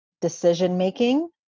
decision-making